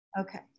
Okay